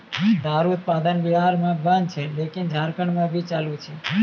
दारु उत्पादन बिहार मे बन्द छै लेकिन झारखंड मे अभी भी चालू छै